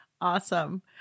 Awesome